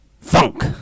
Funk